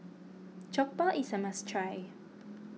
Jokbal is a must try